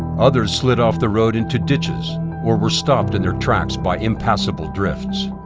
others slid off the road into ditches or were stopped in their tracks by impassable drifts.